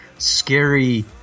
scary